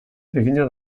egina